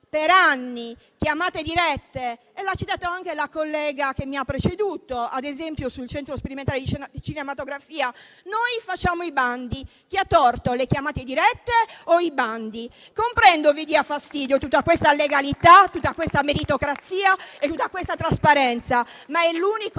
per anni e chiamate dirette, come ha detto anche la collega che mi ha preceduto, ad esempio per il Centro sperimentale di cinematografia, noi facciamo i bandi. Chi ha torto, le chiamate dirette o i bandi? Comprendo vi diano fastidio tutta questa legalità, tutta questa meritocrazia e tutta questa trasparenza, ma sono l'unico